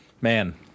man